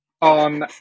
on